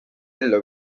ellu